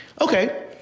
Okay